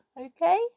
Okay